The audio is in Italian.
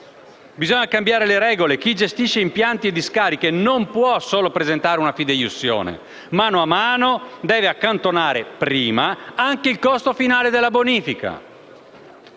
Bisogna cambiare le regole: chi gestisce impianti e discariche non può solo presentare una fideiussione; mano a mano deve essere accantonato in anticipo anche il costo finale della bonifica.